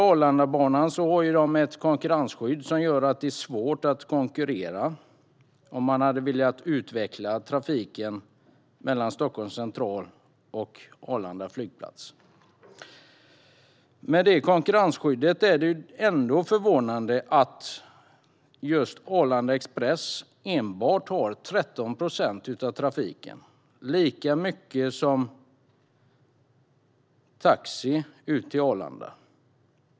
Arlandabanan har ett konkurrensskydd som gör att det är svårt att konkurrera om man hade velat utveckla trafiken mellan Stockholms central och Arlanda flygplats. Med detta konkurrensskydd är det ändå förvånande att Arlanda Express enbart har 13 procent av trafiken, lika mycket som taxi ut till Arlanda.